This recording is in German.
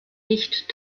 nicht